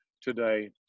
today